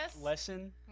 lesson